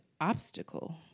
obstacle